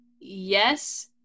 Yes